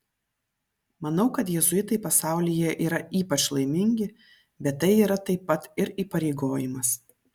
manau kad jėzuitai pasaulyje yra ypač laimingi bet tai yra taip pat ir įpareigojimas